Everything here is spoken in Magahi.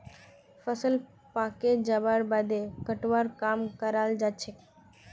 फसल पाके जबार बादे कटवार काम कराल जाछेक